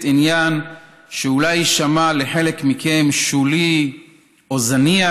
עניין שאולי יישמע לחלק מכם שולי או זניח